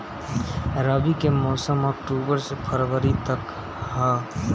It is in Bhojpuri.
रबी के मौसम अक्टूबर से फ़रवरी तक ह